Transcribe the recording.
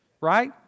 right